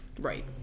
Right